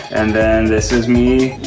and then this is me,